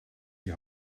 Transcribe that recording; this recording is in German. die